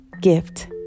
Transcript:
gift